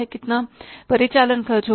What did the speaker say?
कितना परिचालन खर्च होगा